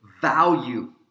value